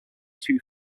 two